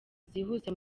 zihuse